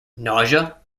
nausea